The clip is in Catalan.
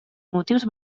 motius